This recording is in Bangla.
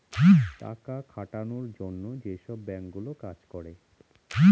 টাকা খাটানোর জন্য যেসব বাঙ্ক গুলো কাজ করে